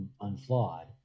unflawed